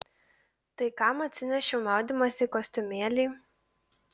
tai kam atsinešiau maudymosi kostiumėlį